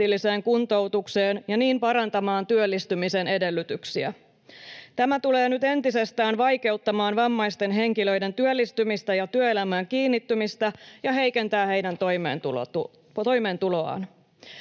kuntoutukseen ja niin parantamaan työllistymisen edellytyksiä. Tämä tulee nyt entisestään vaikeuttamaan vammaisten henkilöiden työllistymistä ja työelämään kiinnittymistä ja heikentää heidän toimeentuloaan.